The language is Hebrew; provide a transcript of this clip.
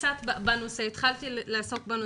אבל התחלתי לעסוק בנושא,